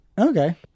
Okay